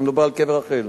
אתה מדבר על קבר רחל?